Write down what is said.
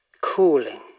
Cooling